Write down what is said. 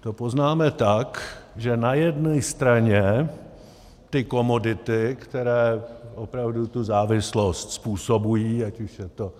To poznáme tak, že na jedné straně ty komodity, které opravdu závislost způsobují, ať už je to